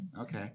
Okay